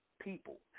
people